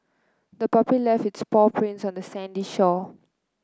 the puppy left its paw prints on the sandy shore